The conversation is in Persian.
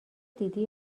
دیدی